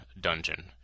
dungeon